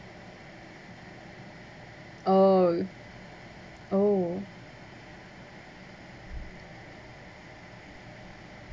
oh oh